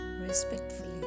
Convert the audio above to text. respectfully